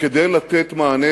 שכדי לתת מענה,